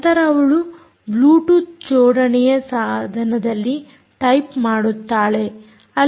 ನಂತರ ಅವಳು ಬ್ಲೂಟೂತ್ ಜೋಡನೆಯ ಸಾಧನದಲ್ಲಿ ಟೈಪ್ ಮಾಡುತ್ತಾಳೆ